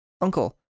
Uncle